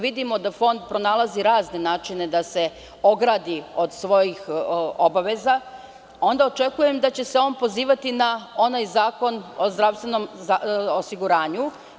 Vidimo da Fond pronalazi razne načine da se ogradi od svojih obaveza, onda očekujem da će se on pozivati na onaj Zakon o zdravstvenom osiguranju.